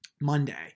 Monday